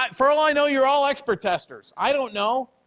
but for all i know, you're all expert testers. i don't know.